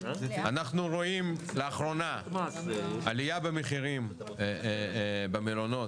אנחנו רואים לאחרונה עליה במחירים במלונות